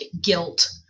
guilt